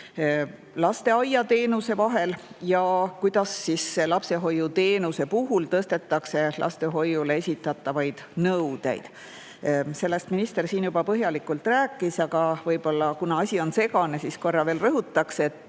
lasteaiateenuse vahel ja kuidas lapsehoiuteenuse puhul tõstetakse lastehoiule esitatavaid nõudeid. Sellest minister siin juba põhjalikult rääkis, aga võib-olla, kuna asi on segane, korra veel rõhutaksin.